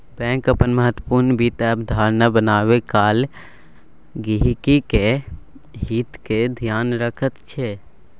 bank अपन महत्वपूर्ण वित्त अवधारणा बनेबा काल गहिंकीक हितक ध्यान रखैत छै